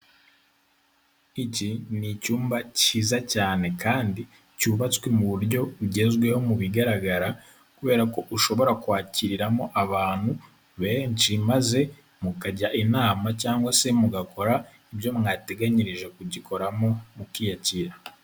Iki ni icyumba cyiza cyane kandi cyubatswe mu buryo bugezweho mu bigaragara, kubera ko ushobora kwakiriramo abantu benshi, maze mukajya inama cyangwa se mugakora ibyo mwateganyirije kugikoramo mukiyakira.